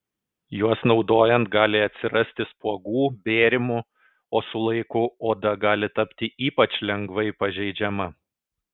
juos naudojant gali atsirasti spuogų bėrimų o su laiku oda gali tapti ypač lengvai pažeidžiama